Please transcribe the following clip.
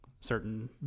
certain